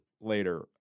later